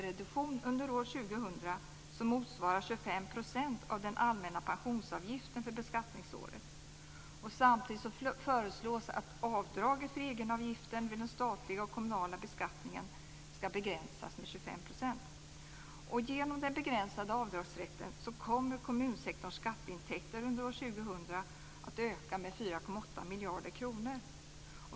som motsvarar 25 % av den allmänna pensionsavgiften för beskattningsåret. Samtidigt föreslås att avdraget för egenavgiften vid den statliga och kommunala beskattningen ska begränsas med 25 %. Genom den begränsade avdragsrätten kommer kommunsektorns skatteintäkter under år 2000 att öka med 4,8 miljarder kronor.